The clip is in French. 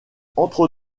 entre